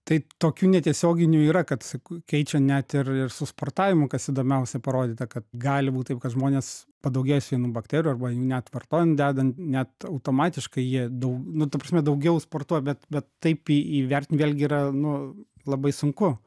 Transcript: tai tokių netiesioginių yra kad keičia net ir ir su sportavimu kas įdomiausia parodyta kad gali būt taip kad žmonės padaugės vienų bakterijų arba jų net vartojant dedant net automatiškai jie dau nu ta prasme daugiau sportuoja bet bet taip į įvertin vėlgi yra nu labai sunku